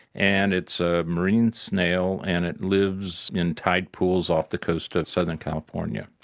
and it's a marine snail and it lives in tide pools off the coast of southern california.